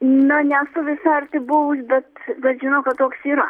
na nesu visai arti buvus bet bet žinau kad toks yra